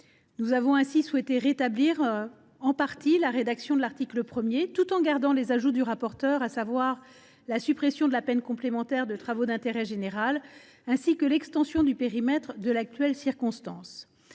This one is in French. souhaitons ainsi rétablir en partie la rédaction de l’article 1, tout en gardant les ajouts du rapporteur, à savoir la suppression de la peine complémentaire de travaux d’intérêt général, ainsi que l’extension du périmètre de l’actuelle circonstance